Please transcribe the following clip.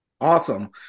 Awesome